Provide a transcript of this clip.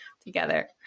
together